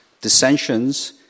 dissensions